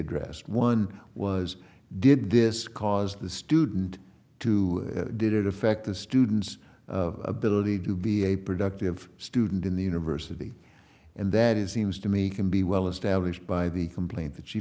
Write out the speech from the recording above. addressed one was did this cause the student to did it affect the student's ability to be a productive student in the university and that is seems to me can be well established by the complaint that she